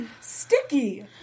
sticky